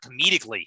comedically